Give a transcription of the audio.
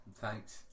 thanks